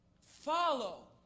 follow